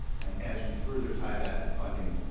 and as you further tie that to funding,